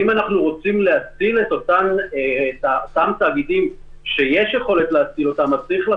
אם אנחנו רוצים להציל את אותם תאגידים שיש יכולת להציל אותם אז צריך,